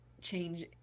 change